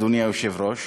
אדוני היושב-ראש.